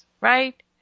right